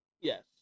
Yes